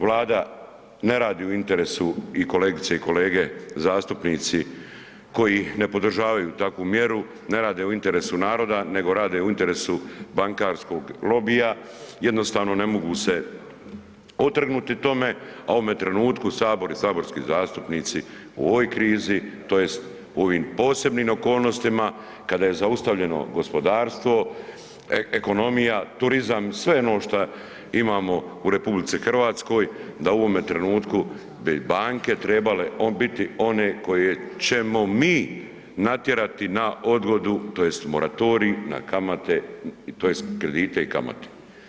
Vlada ne radi u interesu, i kolegice i kolege zastupnici koji ne podržavaju takvu mjeru, ne rade u interesu naroda nego rade u interesu bankarskog lobija, jednostavno ne mogu se otrgnuti tome, a u ovome trenutku sabor i saborski zastupnici u ovoj krizi tj. u ovim posebnim okolnostima kada je zaustavljeno gospodarstvo, ekonomija, turizam, sve ono šta imamo u RH da u ovome trenutku bi banke trebale biti one koje ćemo mi natjerati na odgodu tj. moratorij na kamate tj. kredite i kamate.